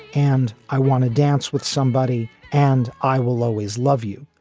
and i want to dance with somebody and i will always love you.